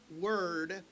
word